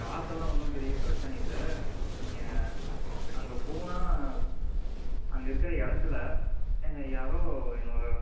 காசெல்லாம் ஒன்றும் பெரிய பிரச்சினை இல்லை நீங்கள் அங்கே போனால் அங்கே இருக்கிற இடத்துல யாரோ என்னோடய